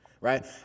right